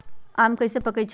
आम कईसे पकईछी?